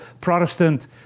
Protestant